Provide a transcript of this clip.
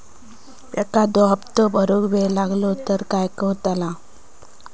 एखादो हप्तो भरुक वेळ लागलो तर काय होतला?